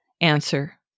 answer